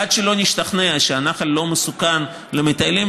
עד שלא נשתכנע שהנחל לא מסוכן למטיילים,